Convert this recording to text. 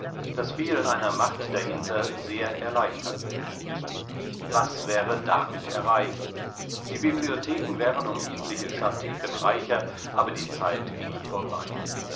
das fehlen einer macht dahinter sehr erleichtern würde was wäre damit erreicht die bibliotheken wären um etliche scharteken reicher aber die zeit ginge vorbei